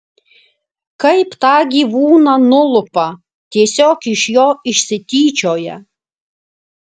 kaip tą gyvūną nulupa tiesiog iš jo išsityčioja